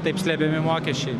taip slepiami mokesčiai